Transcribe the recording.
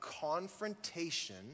confrontation